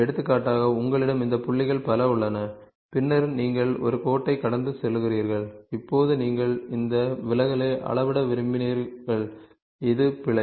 எடுத்துக்காட்டாக உங்களிடம் இந்த புள்ளிகள் பல உள்ளன பின்னர் நீங்கள் ஒரு கோட்டைக் கடந்து செல்கிறீர்கள் இப்போது நீங்கள் இந்த விலகலை அளவிட விரும்பினீர்கள் இது பிழை